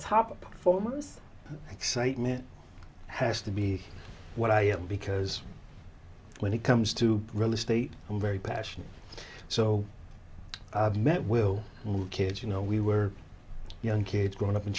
performers excitement has to be what i am because when it comes to real estate i'm very passionate so i've met will move kids you know we were young kids growing up